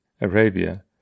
Arabia